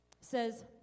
says